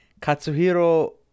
Katsuhiro